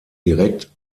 direkt